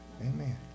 Amen